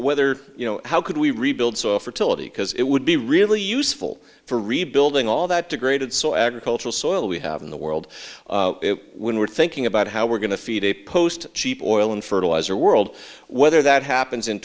whether you know how could we rebuild saw fertility because it would be really useful for rebuilding all that degraded so agricultural soil we have in the world when we're thinking about how we're going to feed a post cheap oil and fertilizer world whether that happens in